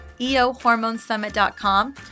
eohormonesummit.com